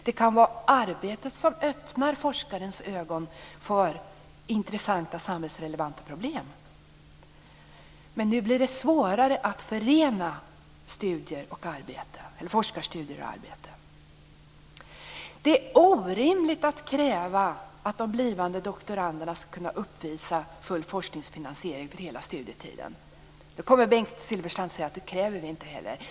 Det kan vara arbetet som öppnar forskarens ögon för intressanta samhällsrelevanta problem. Nu blir det svårare att förena forskarstudier och arbete. Det är orimligt att kräva att de blivande doktoranderna skall kunna uppvisa full forskningsfinansiering för hela studietiden. Nu kommer Bengt Silfverstrand att säga: Det kräver vi inte heller.